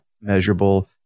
measurable